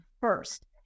first